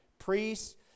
priests